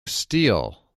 steel